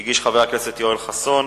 שהגיש חבר הכנסת יואל חסון,